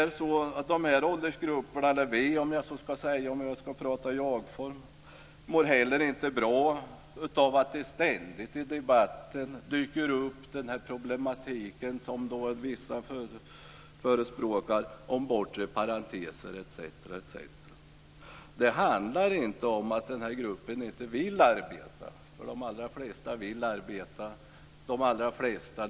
De - eller vi, för att tala i jagform - som finns i de här åldersgrupperna mår inte heller bra av att det ständigt i debatten från vissa dyker upp propåer om bortre parenteser etc. Det handlar inte om att den här kategorin inte vill arbeta. De allra flesta vill arbeta.